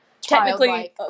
technically